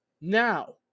Now